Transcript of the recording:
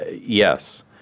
Yes